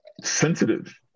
sensitive